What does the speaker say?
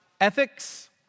ethics